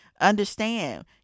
understand